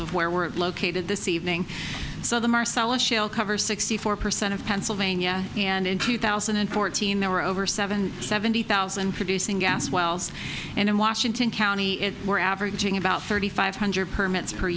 of where we're located this evening so the marcellus shale cover sixty four percent of pennsylvania and in two thousand and fourteen there were over seven seventy thousand producing gas wells in washington county is we're averaging about thirty five hundred permits per